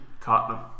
Tottenham